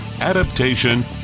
adaptation